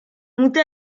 monté